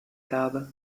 gabe